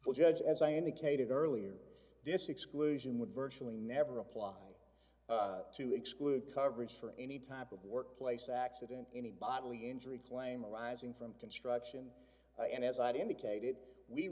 will judge as i indicated earlier this exclusion would virtually never apply to exclude coverage for any type of workplace accident any bodily injury claim arising from construction and as i indicated we